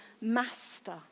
master